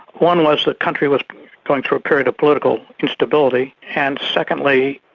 one was the country was going through a period of political instability, and secondly,